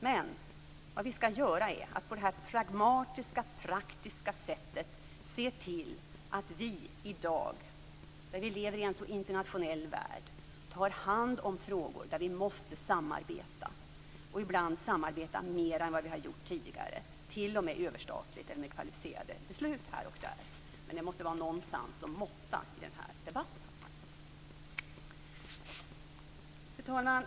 Men vad vi skall göra är att på det här pragmatiska och praktiska sättet se till att vi i dag då vi lever i en så internationell värld tar hand om frågor där vi måste samarbeta och ibland samarbeta mera än vad vi har gjort tidigare, t.o.m. överstatligt eller med beslut enligt kvalificerad majoritet här och där. Men det måste vara någon sans och måtta i den här debatten. Fru talman!